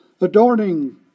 adorning